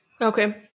Okay